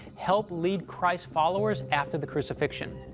helped lead christ's followers after the crucifixion.